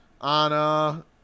on